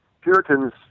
Puritans